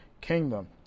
kingdom